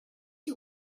you